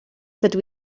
dydw